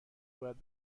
باید